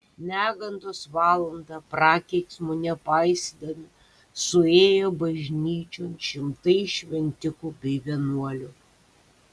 negandos valandą prakeiksmo nepaisydami suėjo bažnyčion šimtai šventikų bei vienuolių